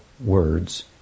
words